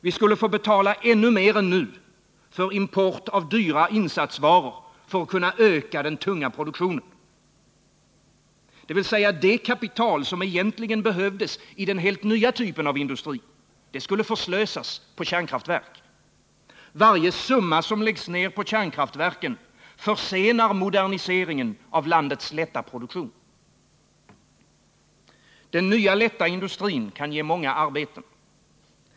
Vi skulle få betala ännu mer än nu för import av dyra insatsvaror för att kunna öka den tunga produktionen. Det kapital som egentligen behövdes i den nya typen av industri skulle förslösas på kärnkraftverk. Varje summa som läggs ned på kärnkraftverk försenar moderniseringen av landets lätta produktion. Den nya lätta industrin kan ge många arbeten.